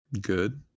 good